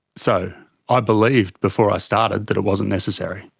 so i believed before i started that it wasn't necessary,